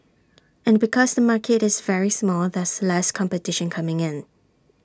and because the market is very small there's less competition coming in